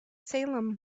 salem